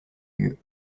lieu